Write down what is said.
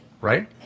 right